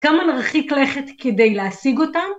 כמה נרחיק לכת כדי להשיג אותה?